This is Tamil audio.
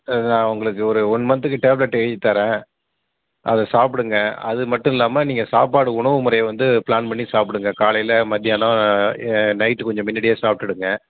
ஆ நான் உங்களுக்கு ஒரு ஒன் மந்த்துக்கு டேப்லெட் எழுதி தரேன் அதை சாப்பிடுங்க அது மட்டும் இல்லாமல் நீங்கள் சாப்பாடு உணவு முறை வந்து பிளான் பண்ணி சாப்பிடுங்க காலையில் மத்தியானம் நைட்டு கொஞ்சம் முன்னாடியே சாப்பிட்டுடுங்க